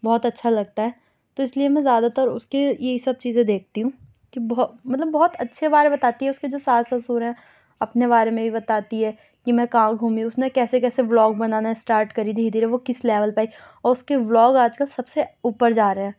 بہت اچھا لگتا ہے تو اس لیے میں زیادہ تر اس کی یہی سب چیزیں دیکھتی ہوں کہ بہت مطلب بہت اچھے والے بتاتی ہے اس کے جو ساس سسر ہیں اپنے بارے میں بھی بتاتی ہے کہ میں کہاں گھومی اس نے کیسے کیسے بلاگ بنانا اسٹارٹ کری دھیرے دھیرے وہ کس لیول پہ آئی اور اس کے بلاگ آج کل سب سے اوپر جا رہے ہیں